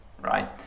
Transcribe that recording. right